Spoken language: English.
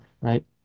right